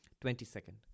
Twenty-second